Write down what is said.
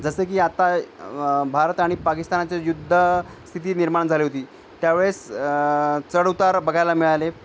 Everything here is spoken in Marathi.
जसे की आता भारत आणि पाकिस्तानाचे युद्ध स्थिती निर्माण झाली होती त्यावेळेस चढउतार बघायला मिळाले